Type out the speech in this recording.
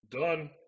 Done